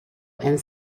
and